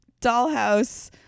dollhouse